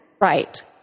Right